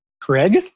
Craig